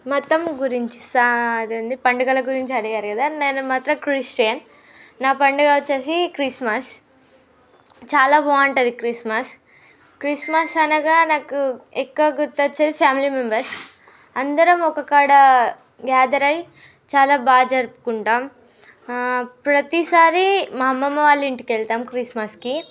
మతం గురించి సా అది ఏంటి పండగల గురించి అడిగారు కదా నేను మాత్రం క్రిస్టియన్ నా పండగ వచ్చేసి క్రిస్మస్ చాలా బాగుంటుంది క్రిస్మస్ క్రిస్మస్ అనగా నాకు ఎక్కువ గుర్తు వచ్చేది ఫ్యామిలీ మెంబర్స్ అందరం ఒక కాడ గ్యాదర్ అయ్యి చాలా బాగా జరుపుకుంటాము ప్రతీసారి మా అమ్మమ్మ వాళ్ళ ఇంటికి వెళతాము క్రిస్మస్కి